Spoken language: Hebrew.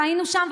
והיינו שם,